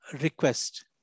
request